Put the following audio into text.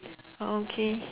okay